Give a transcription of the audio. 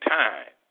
time